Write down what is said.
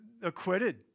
Acquitted